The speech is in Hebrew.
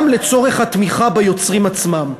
גם לצורך התמיכה ביוצרים עצמם.